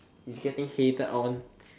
it's getting hated on